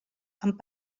amb